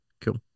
Cool